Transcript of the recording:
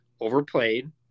overplayed